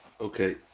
Okay